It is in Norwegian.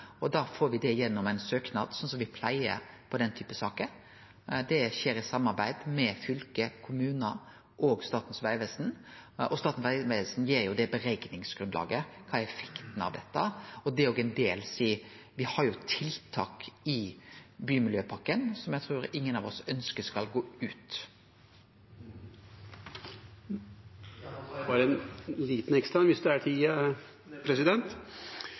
får me det gjennom ein søknad, slik som me pleier i den typen saker. Det skjer i samarbeid med fylke, kommunar og Statens vegvesen. Og Statens vegvesen gir det berekningsgrunnlaget, kva som er effekten av dette. Me har jo tiltak i bymiljøpakken som eg trur ingen av oss ønskjer skal gå ut. Da tar jeg bare et lite ekstra – hvis det er tid.